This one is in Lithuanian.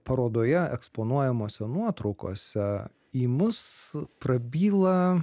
parodoje eksponuojamose nuotraukose į mus prabyla